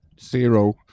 zero